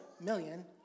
million